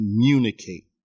communicate